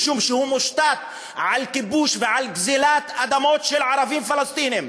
משום שהוא מושתת על כיבוש ועל גזלת אדמות של ערבים פלסטינים.